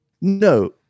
No